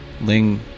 Ling